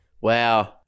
Wow